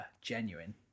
genuine